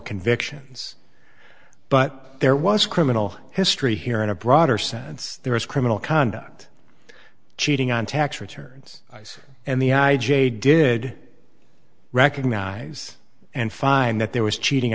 convictions but there was criminal history here in a broader sense there is criminal conduct cheating on tax returns i see and the i j a did recognize and find that there was cheating